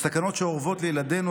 סכנות שאורבות לילדינו,